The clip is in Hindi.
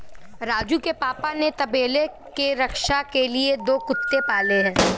राजू के पापा ने तबेले के रक्षा के लिए दो कुत्ते पाले हैं